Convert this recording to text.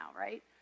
right